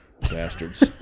bastards